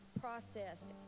processed